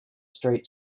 street